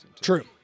True